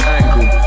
angle